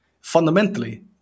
Fundamentally